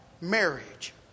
marriage